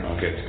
Okay